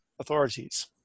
authorities